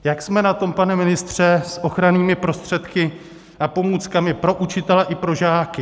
Jak jsme na tom, pane ministře, s ochrannými prostředky a pomůckami pro učitele i pro žáky?